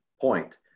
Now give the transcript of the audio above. point